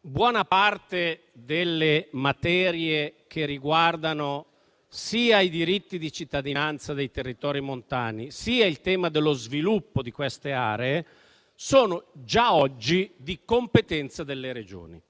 Buona parte delle materie che riguardano sia i diritti di cittadinanza nei territori montani, sia il tema dello sviluppo di queste aree è già oggi di competenza delle Regioni.